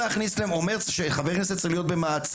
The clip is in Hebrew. הוא אומר שחבר כנסת צריך להיות במעצר,